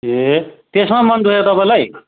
ए त्यसमा मन दुखेको तपाईँलाई